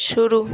शुरू